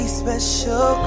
special